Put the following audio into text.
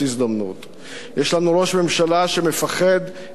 יש לנו ראש ממשלה שמפחד מהכרעות היסטוריות.